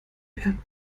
werden